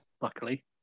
luckily